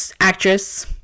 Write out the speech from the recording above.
actress